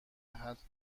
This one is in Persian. حتی